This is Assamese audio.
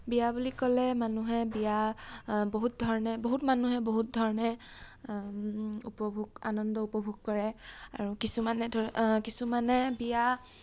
বিয়া বুলি ক'লে মানুহে বিয়া বহুত ধৰণে বহুত মানুহে বহুত ধৰণে উপভোগ আনন্দ উপভোগ কৰে আৰু কিছুমানে ধৰি ল কিছুমানে বিয়া